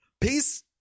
peace